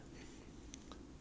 you are the scrub kid right